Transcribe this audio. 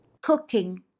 Cooking